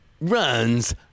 runs